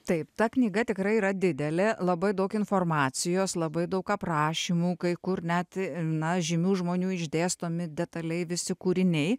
taip ta knyga tikrai yra didelė labai daug informacijos labai daug aprašymų kai kur net na žymių žmonių išdėstomi detaliai visi kūriniai